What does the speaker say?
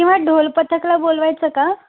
किंवा ढोल पथकला बोलवायचं का